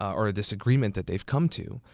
or this agreement that they've come to,